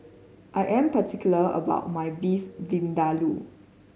I am particular about my Beef Vindaloo